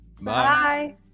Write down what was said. Bye